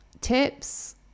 tips